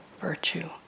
virtue